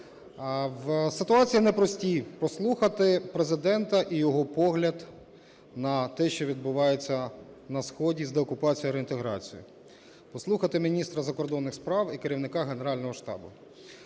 в ситуації непростій: послухати Президента і його погляд на те, що відбувається на сході з деокупацією і реінтеграцією, послухати міністра закордонних справ і керівника Генерального штабу.